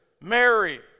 mary